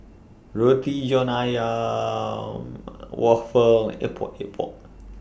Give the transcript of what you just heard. Roti John Ayam Waffle Epok Epok